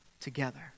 together